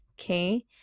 okay